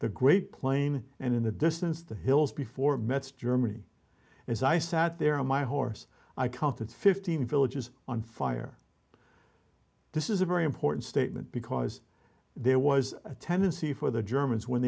the great claim and in the distance the hills before metz germany as i sat there on my horse i counted fifteen villages on fire this is a very important statement because there was a tendency for the germans when